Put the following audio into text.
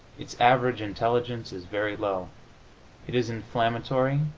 its average intelligence is very low it is inflammatory,